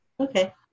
Okay